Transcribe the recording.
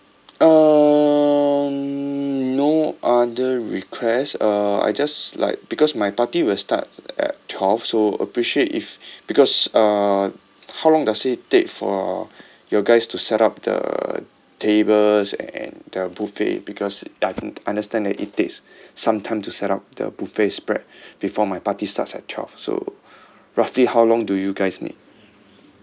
um no other request uh I just like because my party will start at twelve so appreciate if because uh how long does it take for your guys to set up the tables and the buffet because I understand that it takes some time to set up the buffet spread before my party starts at twelve so roughly how long do you guys need